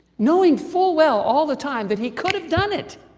knowing full well all the time that he could have done it.